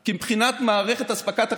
כי מבחינת מערכת אספקת החשמל,